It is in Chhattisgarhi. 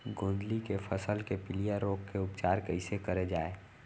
गोंदली के फसल के पिलिया रोग के उपचार कइसे करे जाये?